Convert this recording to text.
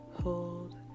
hold